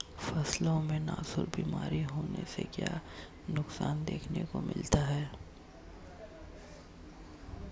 फसलों में नासूर बीमारी होने से क्या नुकसान देखने को मिलता है?